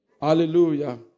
Hallelujah